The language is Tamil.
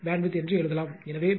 எனவே பேண்ட்வித் f0 Q